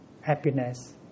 happiness